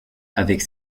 avec